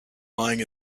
lying